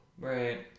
right